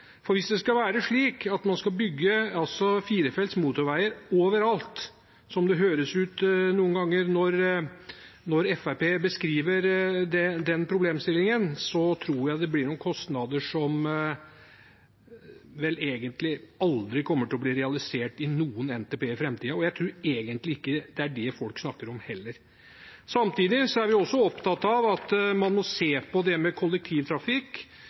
reelt. Hvis en skal bygge firefelts motorveier overalt, som det noen ganger høres ut når Fremskrittspartiet beskriver den problemstillingen, tror jeg det blir noen kostnader som vel egentlig aldri kommer til å bli realisert i noen NTP i framtiden. Jeg tror heller ikke det er det folk egentlig snakker om. Samtidig er vi opptatt av at man må se på sammenhengen med kollektivtrafikk